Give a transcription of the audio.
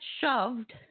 shoved